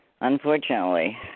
unfortunately